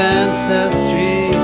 ancestry